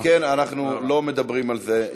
אם כן, אנחנו לא מדברים על זה יותר.